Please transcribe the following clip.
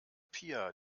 pia